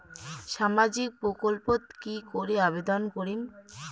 সামাজিক প্রকল্পত কি করি আবেদন করিম?